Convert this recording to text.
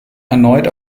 erneut